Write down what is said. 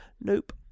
Nope